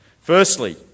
Firstly